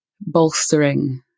bolstering